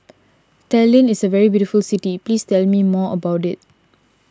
Tallinn is a very beautiful city please tell me more about it